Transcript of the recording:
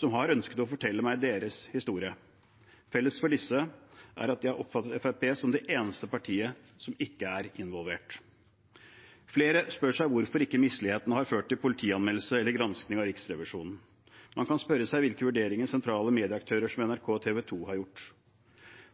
som har ønsket å fortelle meg sin historie. Felles for disse er at de har oppfattet Fremskrittspartiet som det eneste partiet som ikke er involvert. Flere spør seg hvorfor ikke mislighetene har ført til politianmeldelse eller granskning fra Riksrevisjonen. Man kan spørre seg hvilke vurderinger sentrale medieaktører som NRK og TV 2 har gjort.